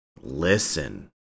Listen